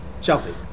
Chelsea